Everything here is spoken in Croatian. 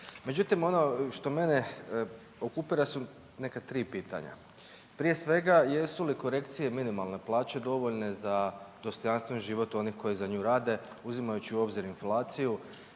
Međutim ono što mene okupira su neka 3 pitanja. Prije svega, jesu li korekcije minimalne plaće dovoljne za dostojanstven život onih koji za nju rade, uzimajući u obzir inflaciju,